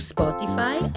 Spotify